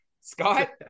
Scott